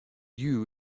you